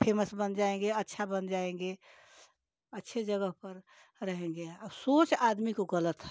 famous बन जाएंगे अच्छा बन जाएंगे अच्छे जगह पर रहेंगे सोच आदमी को गलत है